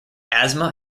asthma